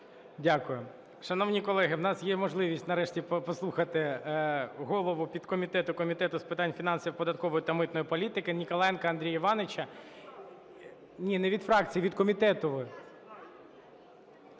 Дякую. Шановні колеги, в нас є можливість нарешті послухати голову підкомітету Комітету з питань фінансів, податкової та митної політики Ніколаєнка Андрія Івановича. Ні, не від фракції – від комітету.